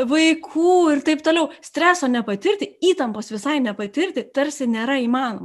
vaikų ir taip toliau streso nepatirti įtampos visai nepatirti tarsi nėra įmanoma